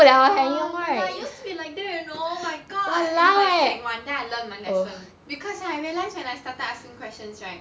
oh my god I used to be like that you know oh my god in like sec one then I learnt my lesson because right I realised when I started asking questions right